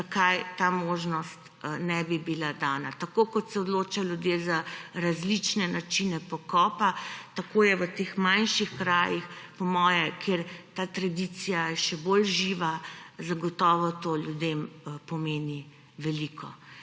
zakaj ta možnost ne bi bila dana. Tako kot se odločajo ljudje za različne načine pokopa, tako v teh manjših krajih, po moje, kjer je ta tradicija še bolj živa, zagotovo to ljudem pomeni veliko.